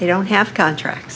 they don't have contracts